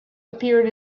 appeared